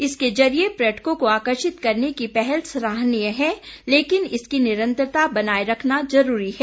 इसके जरिये पर्यटकों को आकर्षित करने की पहल सराहनीय है लेकिन इसकी निरंतरता बनाए रखना जरूरी है